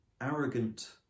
arrogant